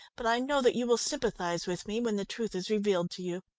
but i know that you will sympathise with me when the truth is revealed to you.